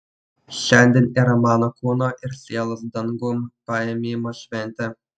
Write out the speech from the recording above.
šiandien yra mano kūno ir sielos dangun paėmimo šventė